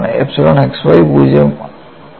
epsilon xy 0 ഉം ആണ്